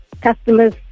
customers